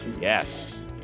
Yes